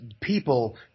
people